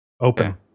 Open